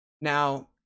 Now